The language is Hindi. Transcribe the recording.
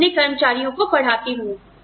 मैं अपने कर्मचारियों को पढ़ाती हूं